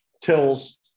Tills